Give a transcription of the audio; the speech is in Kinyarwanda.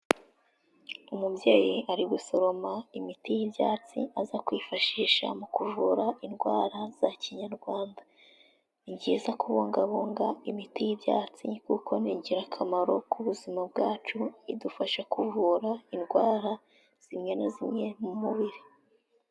Umubyeyi ari gusoroma imiti y'ibyatsi aza kwifashisha mu kuvura indwara za kinyarwanda. Ni byiza kubungabunga imiti y'ibyatsi kuko ni ingirakamaro kubuzima bwacu idufasha kuvura indwara zimwe na zimwe mu mubiri.